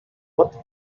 what